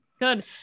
good